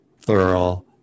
thorough